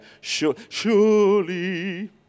Surely